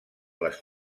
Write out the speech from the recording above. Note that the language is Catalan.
les